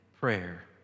prayer